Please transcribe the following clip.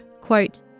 Quote